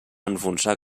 enfonsar